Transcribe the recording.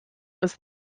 was